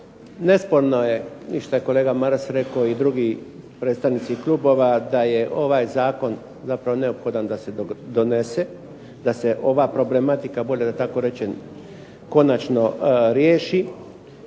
Nesporno je i što je kolega Maras rekao i drugi predstavnici klubova da je ovaj zakon zapravo neophodan da se donese, da se ova problematika bolje da tako rečem konačno riješi